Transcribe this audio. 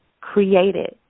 created